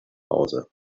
hause